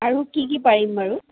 আৰু কি কি পাৰিম বাৰু